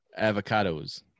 Avocados